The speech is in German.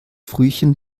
frühchen